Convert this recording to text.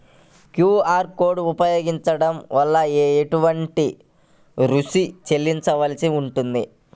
QR code ఉపయోగించటం వలన ఏటువంటి రుసుం చెల్లించవలసి ఉంటుంది?